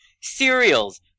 cereals